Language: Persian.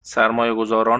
سرمایهگذاران